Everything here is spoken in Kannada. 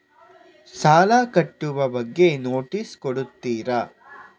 ಸಾಲ ಕಟ್ಟುವ ಬಗ್ಗೆ ನೋಟಿಸ್ ಕೊಡುತ್ತೀರ?